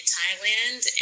Thailand